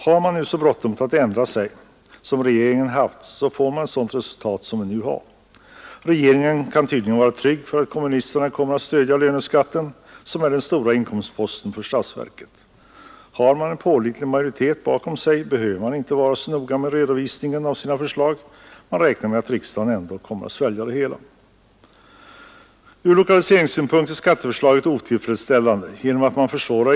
Har man så bråttom att ändra sig som regeringen haft så får man ett sådant resultat som vi nu har. Regeringen kan tydligen vara trygg för att kommunisterna kommer att stödja löneskatten, som är den stora inkomstposten för statsverket. Har man en pålitlig majoritet bakom sig, behöver man inte vara så noga med redovisningen av sina förslag. Man räknar med att riksdagen ändå kommer att svälja det hela. Från lokaliseringssynpunkt är skatteförslaget otillfredsställande.